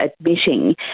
admitting